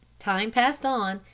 time passed on,